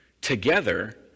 together